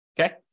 Okay